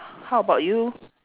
how about you